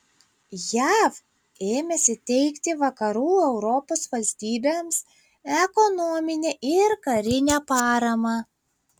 jav ėmėsi teikti vakarų europos valstybėms ekonominę ir karinę paramą